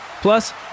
Plus